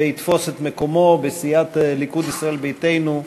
שיתפוס את מקומו בסיעת הליכוד, ישראל ביתנו,